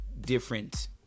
different